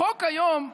החוק היום,